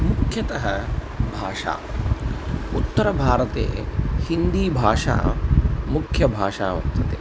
मुख्यतः भाषा उत्तरभारते हिन्दीभाषा मुख्यभाषा वर्तते